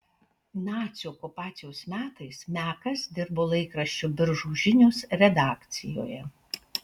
nacių okupacijos metais mekas dirbo laikraščio biržų žinios redakcijoje